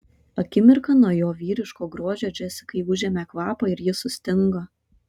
akimirką nuo jo vyriško grožio džesikai užėmė kvapą ir ji sustingo